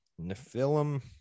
Nephilim